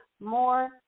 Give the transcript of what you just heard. more